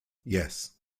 yes